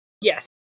Yes